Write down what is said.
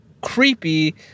creepy